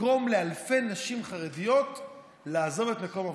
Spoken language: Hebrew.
לגרום לאלפי נשים חרדיות לעזוב את מקום עבודתן.